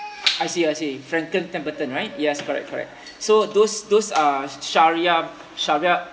I see I see franklin templeton right yes correct correct so those those are shariah shariah